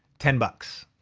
ten bucks.